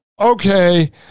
okay